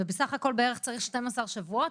בסך הכל צריך בערך 12 שבועות.